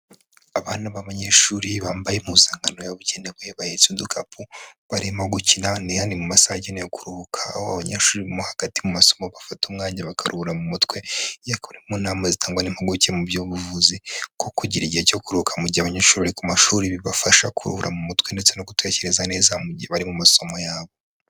Abana b'abanyeshuri bambaye impuzankano yabugenewe, bahetse udukapu, barimo gukina, ni mu masaaha yagenewe kuruhuka, aho abanyeshuri mo hagati mu masomo bafata umwanya bakaruhura mu mutwe, iyi akaba ari imwe mu nama zitangwa n'impuguke mu by'ubuvuzi, ko kugira igihe cyo kuruhuka mu gihe abanyeshuri bari ku mashuri bibafasha kuruhura mu mutwe, ndetse no gutekereza neza mu gihe bari mu masomo yabo.